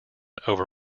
over